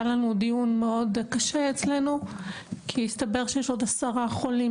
היה לנו דיון מאוד קשה אצלנו כי הסתבר שיש עוד 10 חולים